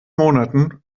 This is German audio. monaten